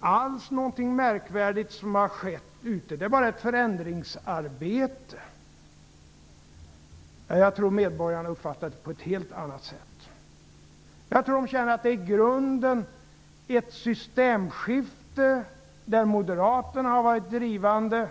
alls någonting märkvärdigt som har skett ute i kommunerna! Bengt Westerberg framstället det nu bara som ett förändringsarbete! Jag tror att medborgarna uppfattar det på ett helt annat sätt. Jag tror att de känner att vad som var på väg att inträffa var i grunden ett systemskifte där moderaterna har varit drivande.